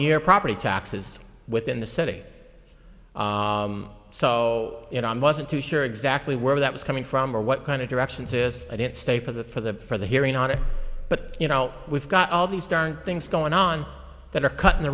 year property taxes within the city so you know i wasn't too sure exactly where that was coming from or what kind of directions is i didn't stay for the for the for the hearing on it but you know we've got all these different things going on that are cutting the